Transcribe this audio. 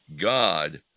God